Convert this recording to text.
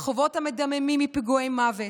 ברחובות המדממים מפיגועי מוות.